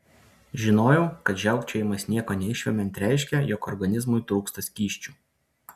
žinojau kad žiaukčiojimas nieko neišvemiant reiškia jog organizmui trūksta skysčių